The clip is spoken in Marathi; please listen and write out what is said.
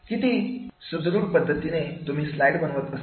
किती सुदृढ पद्धतीने तुम्ही स्लाईड बनवत असता